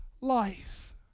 life